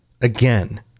Again